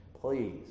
please